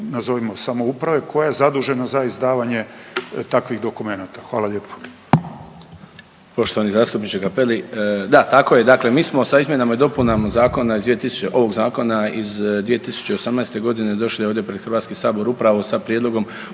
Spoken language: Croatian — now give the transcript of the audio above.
nazovimo samouprave koja je zadužena za izdavanje takvih dokumenta. Hvala lijepa.